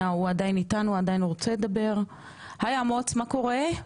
אני אשמח לדעת מה קרה מאז,